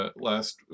last